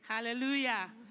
Hallelujah